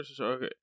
Okay